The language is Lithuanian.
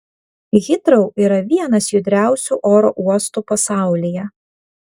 hitrou yra vienas judriausių oro uostų pasaulyje